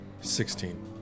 Sixteen